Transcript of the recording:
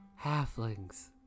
Halflings